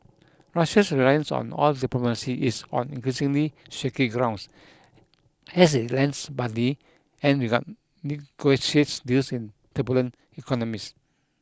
Russia's reliance on oil diplomacy is on increasingly shaky grounds as it lends money and regard negotiates deals in turbulent economies